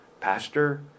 Pastor